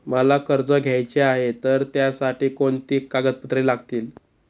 मला कर्ज घ्यायचे आहे तर त्यासाठी कोणती कागदपत्रे लागतील?